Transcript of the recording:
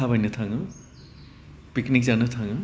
थाबायनो थाङो पिकनिक जानो थाङो